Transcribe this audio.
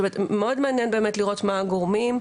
כלומר, מאוד מעניין לראות מה הגורמים,